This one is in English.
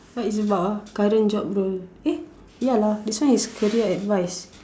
what it's about ah current job role eh ya lah this one is career advice